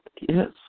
yes